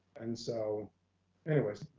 and so anyways,